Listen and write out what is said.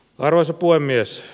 arvoisa puhemies